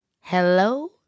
Hello